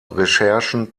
recherchen